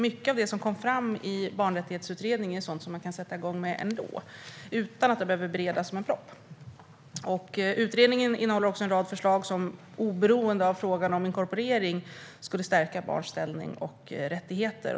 Mycket av det som kom fram i Barnrättighetsutredningen är nämligen sådant som man kan sätta igång med utan att det behöver beredas på det här sättet. Utredningen innehåller en rad förslag som, oberoende av frågan om inkorporering, skulle stärka barns ställning och rättigheter.